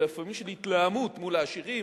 אלא לפעמים של התלהמות מול העשירים,